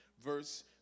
Verse